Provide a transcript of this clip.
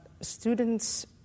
students